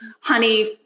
honey